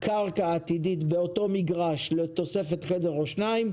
קרקע עתידית באותו מגרש לתוספת חדר או שניים,